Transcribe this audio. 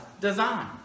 design